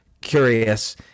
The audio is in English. curious